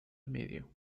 medio